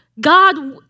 God